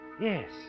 Yes